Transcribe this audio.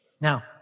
Now